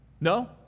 No